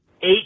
eight